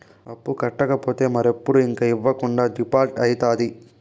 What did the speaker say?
అప్పు కట్టకపోతే మరెప్పుడు ఇంక ఇవ్వకుండా డీపాల్ట్అయితాది